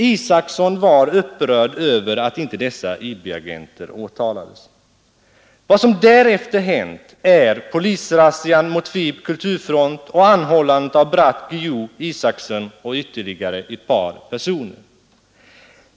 Isacsson var upprörd över att inte dessa IB-agenter åtalades. Vad som därefter hänt är polisrazzian mot FiB/Kulturfront och anhållandet av Bratt, Guillou, Isacsson och ytterligare ett par personer.